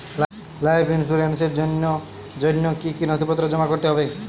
Life ইন্সুরেন্সর জন্য জন্য কি কি নথিপত্র জমা করতে হবে?